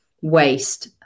waste